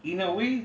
in a way